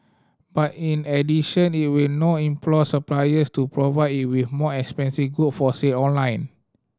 but in addition it will now implore suppliers to provide it with more expensive good for sale online